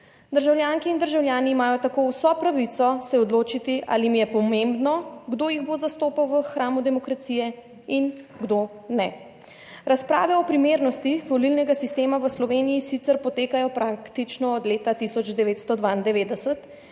Državljanke in državljani imajo tako vso pravico se odločiti, ali jim je pomembno, kdo jih bo zastopal v hramu demokracije in kdo ne. Razprave o primernosti volilnega sistema v Sloveniji sicer potekajo praktično od leta 1992,